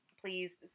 please